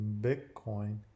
Bitcoin